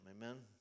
Amen